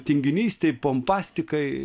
tinginystei pompastikai